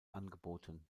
angeboten